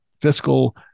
fiscal